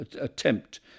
attempt